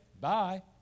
bye